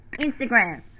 Instagram